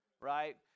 Right